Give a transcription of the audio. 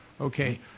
okay